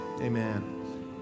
amen